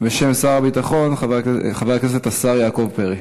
ומיגוניות לחלק מהאוכלוסייה, מס' 3702,